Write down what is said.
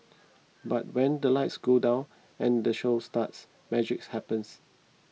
but when the lights go down and the show starts magics happens